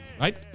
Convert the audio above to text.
Right